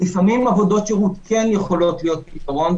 לפעמים עבודות שירות כן יכולות להיות פתרון.